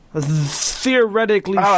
theoretically